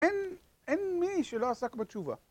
אין מי שלא עסק בתשובה.